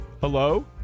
Hello